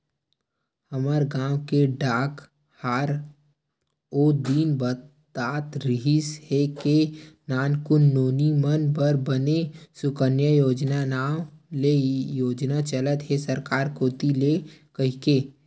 हमर गांव के डाकहार ओ दिन बतात रिहिस हे के नानकुन नोनी मन बर बने सुकन्या योजना नांव ले योजना चलत हे सरकार कोती ले कहिके